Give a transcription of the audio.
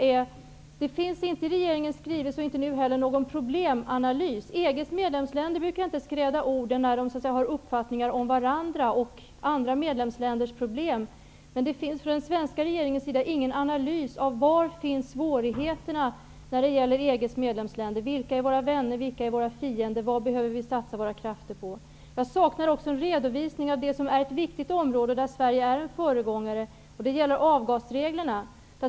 Varken i regeringens skrivelse eller nu görs någon problemanalys. I EG:s medlemsländer brukar man inte skräda orden när man har uppfattningar om varandra och om andra medlemsländers problem. Från den svenska regeringens sida har det inte kommit någon analys av var svårigheterna finns när det gäller EG:s medlemsländer. Vilka är våra vänner? Vilka är våra fiender? Vad behöver vi satsa våra krafter på? Vidare saknar jag en redovisning av ett annat viktigt område, där Sverige är ett föregångsland. Det gäller då avgasreglerna.